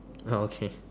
oh okay